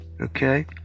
okay